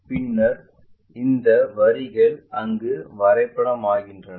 பின்னர் இந்த வரிகள் அங்கு வரைபடமாகின்றன